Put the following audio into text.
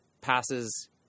passes